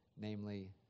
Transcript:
namely